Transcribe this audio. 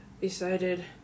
decided